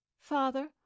father